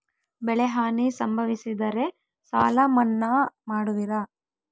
ಬೆಳೆಹಾನಿ ಸಂಭವಿಸಿದರೆ ಸಾಲ ಮನ್ನಾ ಮಾಡುವಿರ?